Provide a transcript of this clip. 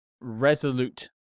Resolute